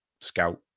scout